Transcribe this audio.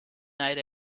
night